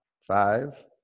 five